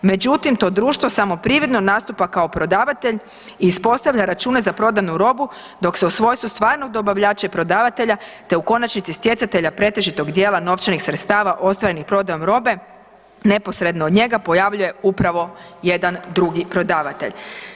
Međutim, to društvo samo prividno nastupa kao prodavatelj i ispostavlja račune za prodanu robu, dok se u svojstvu stvarnog dobavljača i prodavatelja te u konačnici stjecatelja pretežitog dijela novčanih sredstava ostvarenih prodajom robe neposredno od njega pojavljuje upravo jedan drugi prodavatelj.